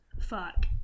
fuck